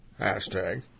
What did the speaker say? hashtag